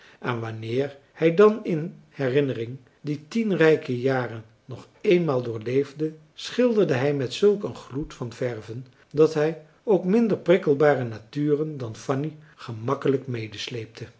en wanneer hij dan in herinnering die tien rijke jaren nog eenmaal doorleefde schilderde hij met zulk een gloed van verven dat hij ook minder prikkelbare naturen dan fanny gemakkelijk